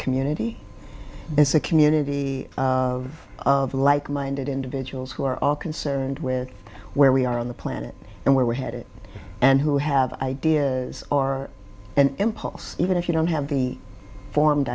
community it's a community of like minded individuals who are all concerned with where we are on the planet and where we're headed and who have ideas are an impulse even if you don't have the formed